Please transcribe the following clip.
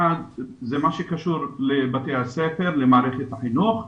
האחת, מה שקשור לבתי ספר, למערכת החינוך,